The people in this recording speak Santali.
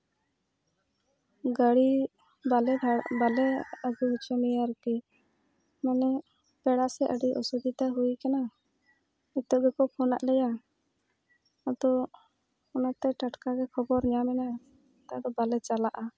ᱜᱟᱹᱲᱤ ᱵᱟᱞᱮ ᱵᱷᱟ ᱵᱟᱞᱮ ᱟᱹᱜᱩ ᱦᱚᱪᱚ ᱢᱮᱭᱟ ᱟᱨᱠᱤ ᱢᱟᱱᱮ ᱯᱮᱲᱟ ᱥᱮᱫ ᱟᱹᱰᱤ ᱚᱥᱩᱵᱤᱫᱟ ᱦᱩᱭ ᱠᱟᱱᱟ ᱱᱤᱛᱳᱜ ᱜᱮᱠᱚ ᱯᱷᱳᱱᱟᱫ ᱞᱮᱭᱟ ᱟᱫᱚ ᱚᱱᱟᱛᱮ ᱴᱟᱴᱠᱟᱜᱮ ᱠᱷᱚᱵᱚᱨ ᱧᱟᱢᱮᱱᱟ ᱟᱫᱚ ᱵᱟᱞᱮ ᱪᱟᱞᱟᱫᱜᱼᱟ